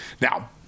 Now